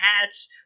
hats